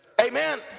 Amen